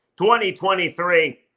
2023